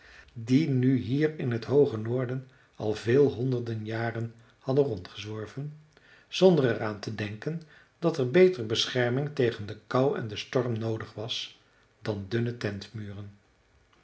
die nu hier in t hooge noorden al veel honderden jaren hadden rondgezworven zonder er aan te denken dat er beter bescherming tegen de kou en den storm noodig was dan dunne tentmuren